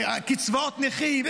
קצבאות נכים,